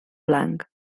blanc